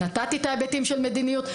נתתי את ההיבטים של מדיניות.